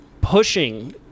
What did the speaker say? pushing